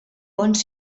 bons